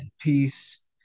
peace